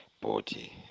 body